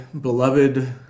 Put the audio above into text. beloved